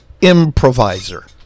improviser